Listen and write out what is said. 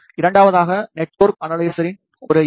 இரண்டாவதாக நெட்வொர்க் அனலைசரின் ஒரு எஸ்